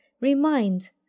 remind